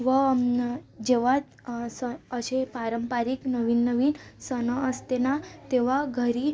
व अम्न जेव्हा स असे पारंपरिक नवीन नवीन सण असते ना तेव्हा घरी